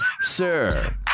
Sir